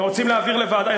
אתם רוצים להעביר לוועדה?